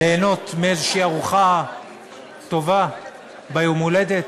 ליהנות מאיזו ארוחה טובה ביום ההולדת?